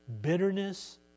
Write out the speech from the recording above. bitterness